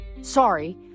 Sorry